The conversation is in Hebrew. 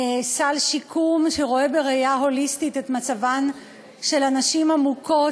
סל שיקום שרואה בראייה הוליסטית את מצבן של הנשים המוכות.